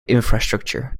infrastructure